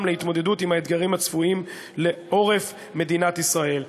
להתמודדות עם האתגרים הצפויים לעורף מדינת ישראל.